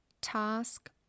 task